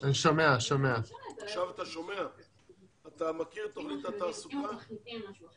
להבטיח את התכנית לשלוש השנים הבאות.